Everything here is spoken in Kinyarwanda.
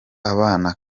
abana